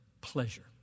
pleasure